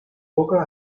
poca